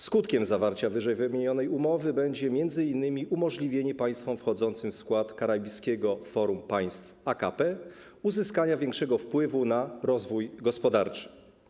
Skutkiem zawarcia ww. umowy będzie m.in. umożliwienie państwom wchodzącym w skład Karaibskiego Forum Państw AKP uzyskania większego wpływu na rozwój gospodarczy.